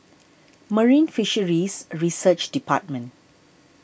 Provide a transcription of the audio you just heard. Marine Fisheries Research Department